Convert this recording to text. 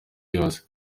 yose